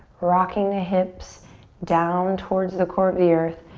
rocking the hips down towards the core of the earth,